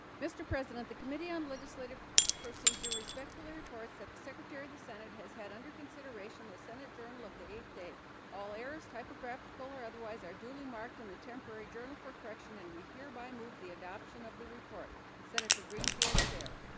mr. president the committee on legislative procedure respectfully reports that the secretary of the senate has had under consideration the senate journal of the eighth day all errors type of graphical or otherwise are duly marked in the temporary journal for correction and we hereby move the adoption of the report senator greenfield chair